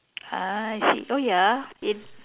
ah I see oh ya it